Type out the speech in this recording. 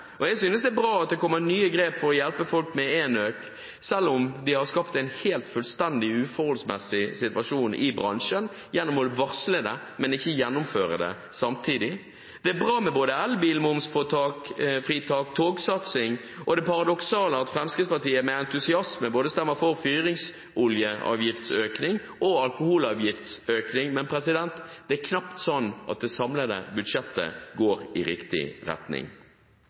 Jeg synes det er bra at det kommer nye grep for å hjelpe folk med enøk selv om man har skapt en fullstendig uforholdsmessig situasjon i bransjen gjennom å varsle det, men ikke gjennomføre det samtidig. Det er bra med både elbilmomsfritak, togsatsing og det paradoksale ved at Fremskrittspartiet med entusiasme stemmer for både fyringsoljeavgiftsøkning og alkoholavgiftsøkning, men det er knapt sånn at det samlede budsjettet går i riktig retning.